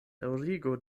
daŭrigu